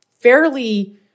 fairly